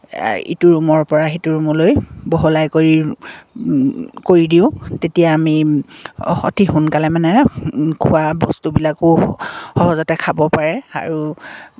ইটো ৰূমৰ পৰা সিটো ৰূমলৈ বহলাই কৰি কৰি দিওঁ তেতিয়া আমি অতি সোনকালে মানে খোৱা বস্তুবিলাকো সহজতে খাব পাৰে আৰু